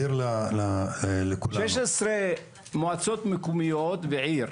שש עשרה מועצות מקומיות ועיר,